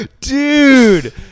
dude